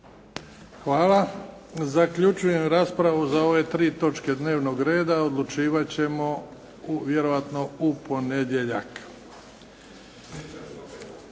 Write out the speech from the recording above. Hvala. Zaključujem raspravu za ove tri točke dnevnog reda. Odlučivat ćemo vjerovatno u ponedjeljak.